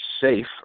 safe